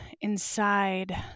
inside